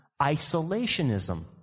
isolationism